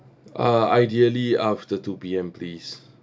uh ideally after two P_M please